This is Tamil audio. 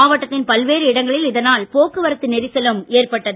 மாவட்டத்தின் பல்வேறு இடங்களில் இதனால் போக்குவரத்து நெரிசலும் ஏற்பட்டது